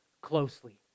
closely